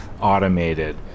automated